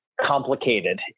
complicated